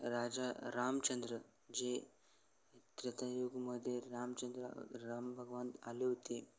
राजा रामचंद्र जे त्रेतायुगमध्ये रामचंद्र राम भगवान आले होते